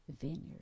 vineyard